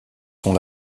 sont